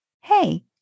Hey